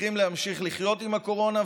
צריכים להמשיך לחיות עם הקורונה.